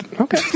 Okay